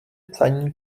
psaní